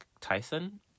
Tyson